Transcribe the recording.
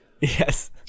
Yes